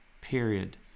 period